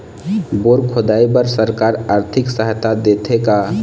Bore खोदाई बर सरकार आरथिक सहायता देथे का?